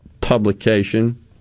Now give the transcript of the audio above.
publication